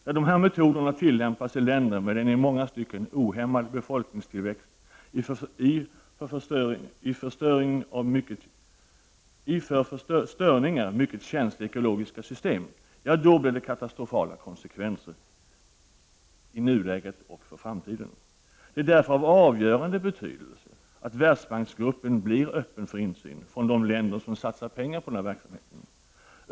När dessa metoder tillämpas i länder med en i många stycken ohämmad befolkningstillväxt och i för störningar mycket känsliga ekologiska system, blir det katastrofala konsekvenser i nuläget och för framtiden. Det är därför av avgörande betydelse att de länder som satsar pengar på verksamheten har öppen insyn i Världsbanksgruppen.